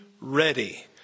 ready